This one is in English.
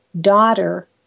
daughter